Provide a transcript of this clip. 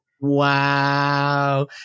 Wow